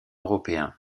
européen